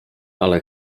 ale